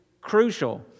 crucial